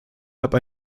habe